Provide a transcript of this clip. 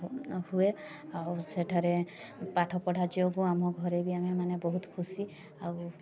ହୁଏ ଆଉ ସେଠାରେ ପାଠପଢ଼ା ଝିଅକୁ ଆମ ଘରେବି ଆମେମାନେ ବହୁତ ଖୁସି ଆଉ